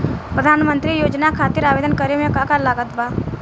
प्रधानमंत्री योजना खातिर आवेदन करे मे का का लागत बा?